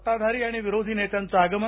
सत्ताधारी विरोधी नेत्यांचं आगमन